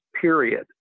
period